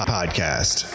Podcast